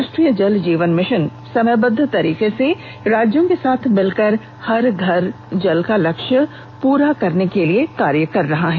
राष्ट्रीय जल जीवन मिशन समयबद्ध तरीके से राज्यों के साथ मिलकर हर घर जल का लक्ष्य पूरा करने के लिए कार्य कर रहा है